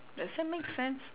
does that make sense